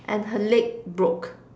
and her leg broke